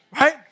Right